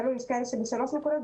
יש כאלה שהורידו להם בשלוש נקודות,